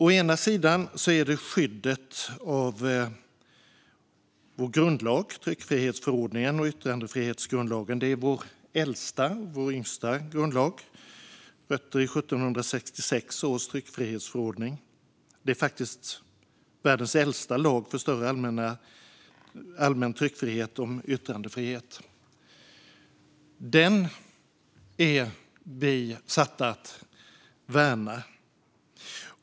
Å ena sidan har vi skyddet av vår grundlag. Tryckfrihetsförordningen och yttrandefrihetsgrundlagen är vår äldsta respektive yngsta grundlag. Den förra har rötter i 1766 års tryckfrihetsförordning och är faktiskt världens äldsta lag om allmän tryckfrihet och yttrandefrihet. Den är vi satta att värna.